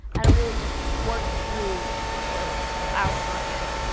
and really just worked through for hours on end.